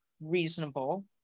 reasonable